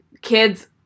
Kids